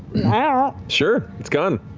ah sure, it's gone.